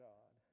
God